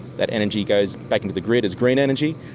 that energy goes back into the grid as green energy.